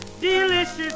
delicious